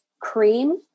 cream